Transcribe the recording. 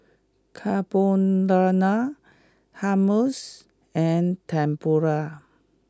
Carbonara Hummus and Tempura